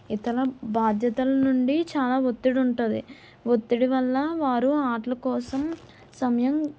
ఇతర బాధ్యతలు నుండి చాలా ఒత్తిడి ఉంటది ఒత్తిడి వల్ల వారు ఆటల కోసం సమయం